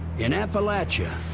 in appalachia.